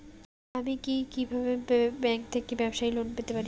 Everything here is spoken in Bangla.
আমি কি কিভাবে ব্যাংক থেকে ব্যবসায়ী লোন পেতে পারি?